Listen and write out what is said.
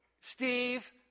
Steve